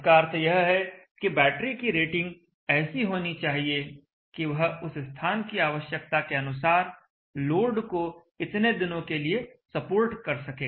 इसका अर्थ यह है कि बैटरी की रेटिंग ऐसी होनी चाहिए कि वह उस स्थान की आवश्यकता के अनुसार लोड को इतने दिनों के लिए सपोर्ट कर सके